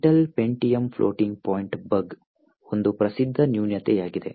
Intel Pentium floating point bug ಒಂದು ಪ್ರಸಿದ್ಧ ನ್ಯೂನತೆಯಾಗಿದೆ